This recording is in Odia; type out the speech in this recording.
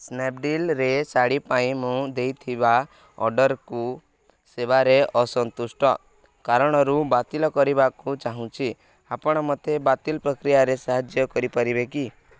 ସ୍ନାପଡ଼ିଲ୍ରେ ଶାଢ଼ୀ ପାଇଁ ମୁଁ ଦେଇଥିବା ଅର୍ଡ଼ର୍କୁ ସେବାରେ ଅସନ୍ତୁଷ୍ଟ କାରଣରୁ ବାତିଲ କରିବାକୁ ଚାହୁଁଛି ଆପଣ ମତେ ବାତିଲ ପ୍ରକ୍ରିୟାରେ ସାହାଯ୍ୟ କରିପାରିବେ କି